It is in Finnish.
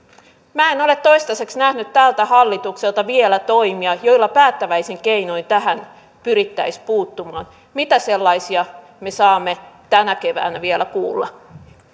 minä en ole toistaiseksi nähnyt tältä hallitukselta vielä toimia joilla päättäväisin keinoin tähän pyrittäisiin puuttumaan mitä sellaisia me saamme tänä keväänä vielä kuulla